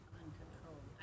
uncontrolled